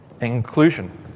inclusion